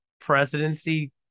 presidency